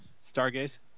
Stargaze